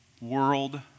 world